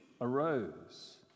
arose